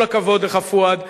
כל הכבוד לך, פואד.